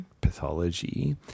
pathology